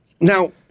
Now